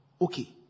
okay